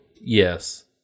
Yes